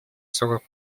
сорок